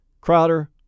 Crowder